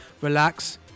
relax